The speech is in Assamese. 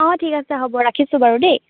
অঁ ঠিক আছে হ'ব ৰাখিছো বাৰু দেই